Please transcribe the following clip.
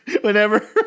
whenever